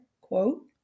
Quote